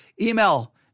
Email